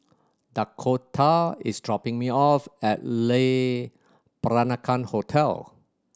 Dakoda is dropping me off at Le Peranakan Hotel